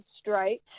straight